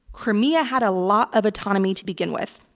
crimea had a lot of autonomy to begin with.